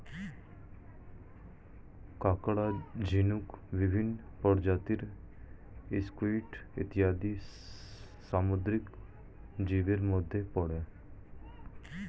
কাঁকড়া, ঝিনুক, বিভিন্ন প্রজাতির স্কুইড ইত্যাদি সামুদ্রিক জীবের মধ্যে পড়ে